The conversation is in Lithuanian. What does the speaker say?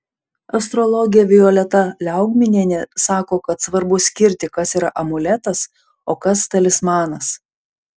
astrologė violeta liaugminienė sako kad svarbu skirti kas yra amuletas o kas talismanas